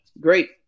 great